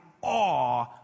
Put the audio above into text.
awe